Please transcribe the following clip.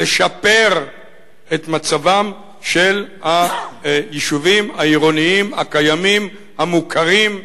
לשפר את מצבם של היישובים העירוניים הקיימים המוכרים.